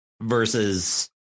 versus